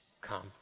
come